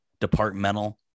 departmental